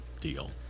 deal